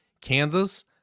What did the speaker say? Kansas